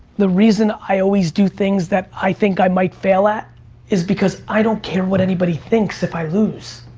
the reason i always do things that i think i might fail at is because i don't care what anybody thinks if i lose.